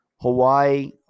Hawaii